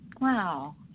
wow